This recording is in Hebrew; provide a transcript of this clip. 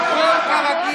נוכח באולם,